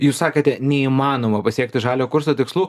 jūs sakėte neįmanoma pasiekti žalio kurso tikslų